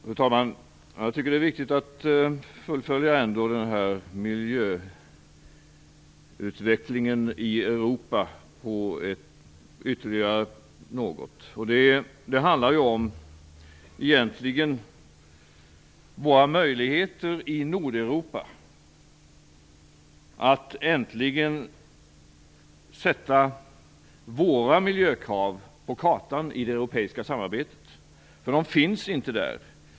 Fru talman! Jag tycker att det är viktigt att ändå fullfölja detta med miljöutvecklingen i Europa ytterligare något. Det handlar egentligen om våra möjligheter i Nordeuropa att äntligen sätta våra miljökrav på kartan i det europeiska samarbetet. De finns inte där.